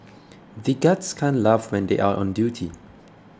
the guards can't laugh when they are on duty